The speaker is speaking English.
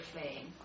playing